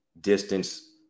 distance